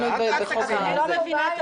מה שנאמר פה,